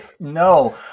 No